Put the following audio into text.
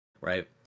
right